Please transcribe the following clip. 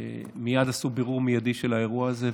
מייד עשו בירור של האירוע הזה,